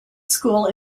school